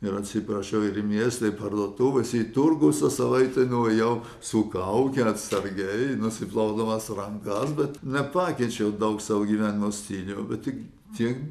ir atsiprašiau ir į miestą į parduotuves į turgus visą savaitę nuėjau su kauke atsargiai nusiplaudamas rankas bet nepakeičiau daug savo gyvenimo stilių bet tik tiek